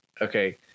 Okay